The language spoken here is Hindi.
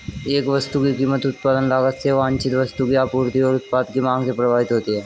एक वस्तु की कीमत उत्पादन लागत से वांछित वस्तु की आपूर्ति और उत्पाद की मांग से प्रभावित होती है